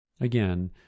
Again